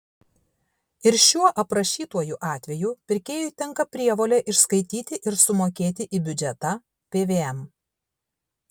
ir šiuo aprašytuoju atveju pirkėjui tenka prievolė išskaityti ir sumokėti į biudžetą pvm